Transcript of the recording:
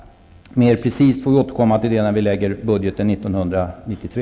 Mer precist får vi återkomma till detta, när vi lägger fram budgeten för 1993.